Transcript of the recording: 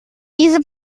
diese